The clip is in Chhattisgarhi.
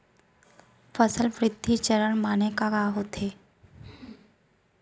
फसल वृद्धि चरण माने का होथे?